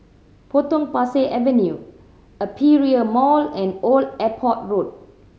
Potong Pasir Avenue Aperia Mall and Old Airport Road